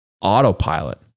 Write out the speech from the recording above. autopilot